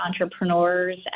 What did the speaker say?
entrepreneurs